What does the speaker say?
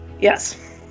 Yes